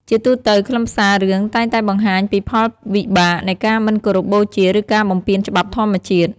ជាទូទៅ ខ្លឹមសាររឿងតែងតែបង្ហាញពីផលវិបាកនៃការមិនគោរពបូជាឬការបំពានច្បាប់ធម្មជាតិ។